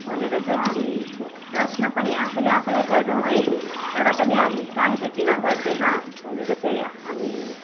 भनेर चाहिँ हामी प्रश्न पनि आफूले आफैलाई गरौँ है तर पनि हामी काम चाहिँ किन गर्दैन भनेर चाहिँ हामी